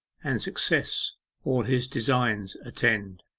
and success all his designs attend